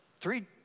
three